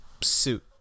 suit